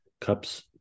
Cups